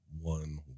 one